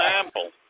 example